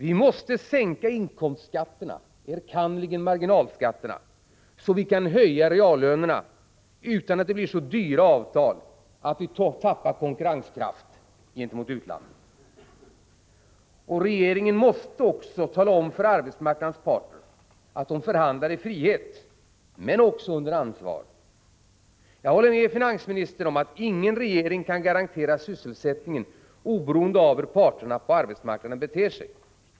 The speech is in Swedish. Vi måste sänka inkomstskatterna, enkannerligen marginalskatterna, så att vi kan höja reallönerna utan att det blir så dyra avtal att vi tappar konkurrenskraft gentemot utlandet. Regeringen måste också tala om för arbetsmarknadens parter att de förhandlar i frihet men även under ansvar. Jag håller med finansministern om att ”ingen regering kan garantera sysselsättningen oberoende av hur parterna på arbetsmarknaden beter sig”.